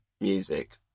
music